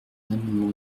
l’amendement